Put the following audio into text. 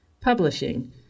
Publishing